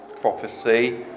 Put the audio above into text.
prophecy